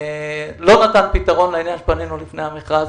נתן פתרון לעניין כשפנינו לפני המכרז